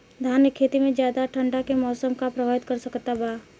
धान के खेती में ज्यादा ठंडा के मौसम का प्रभावित कर सकता बा?